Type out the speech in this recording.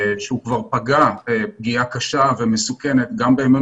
שהוא כבר פגע פגיעה קשה ומסוכנת גם באמון